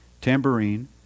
tambourine